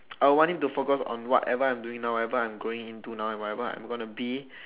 I would want it to focus on whatever I'm doing now whatever I'm going into now and whatever I am going to be